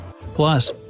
Plus